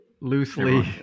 loosely